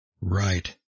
Right